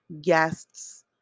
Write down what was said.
guests